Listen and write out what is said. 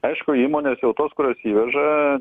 aišku įmonės jau tos kurios įveža